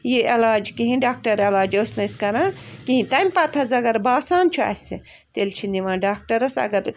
یہِ علاج کِہیٖنی ڈاکٹر علاج ٲسۍ نہٕ أسۍ کَران کِہیٖنۍ تَمہِ پتہٕ حظ اگر باسان چھُ اسہِ تیٚلہِ چھِ نِوان ڈاکٹرس اگر